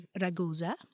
Ragusa